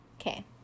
Okay